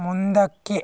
ಮುಂದಕ್ಕೆ